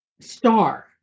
star